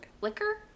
liquor